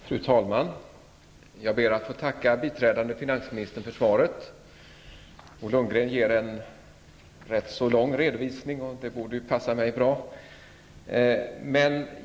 Fru talman! Jag ber att få tacka biträdande finansministern för svaret. Bo Lundgren ger en rätt så lång redovisning, och det borde ju passa mig bra.